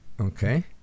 Okay